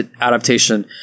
adaptation